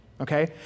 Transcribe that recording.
Okay